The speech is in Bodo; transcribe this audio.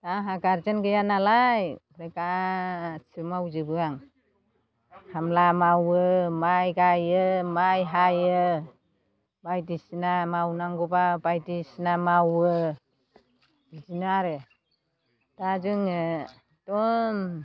आंहा गारजेन गैया नालाय ओमफ्राय गासिबो मावजोबो आं खामला मावो माइ गायो माइ हायो बायदिसिना मावनांगौबा बायदिसिना मावो बिदिनो आरो दा जोङो एकदम